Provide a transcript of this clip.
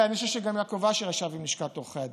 ואני חושב שגם יעקב אשר ישב עם לשכת עורכי הדין,